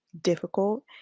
difficult